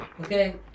Okay